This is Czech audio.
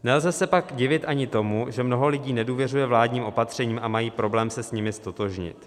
Nelze se pak divit ani tomu, že mnoho lidí nedůvěřuje vládním opatřením a mají problém se s nimi ztotožnit.